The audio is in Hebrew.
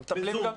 בזום.